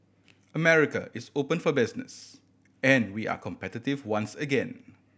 America is open for business and we are competitive once again